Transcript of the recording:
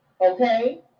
okay